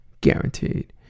Guaranteed